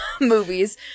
movies